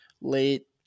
late